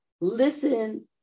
listen